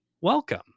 welcome